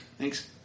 Thanks